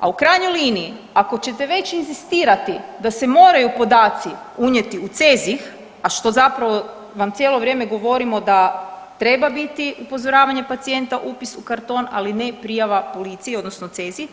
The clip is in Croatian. a u krajnjoj liniji ako ćete već inzistirati da se moraju podaci unijeti u CEZIH a što zapravo vam cijelo vrijeme govorimo da treba biti upozoravanje pacijenta upis u karton, ali ne prijava policiji, odnosno CEZIH.